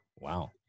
Wow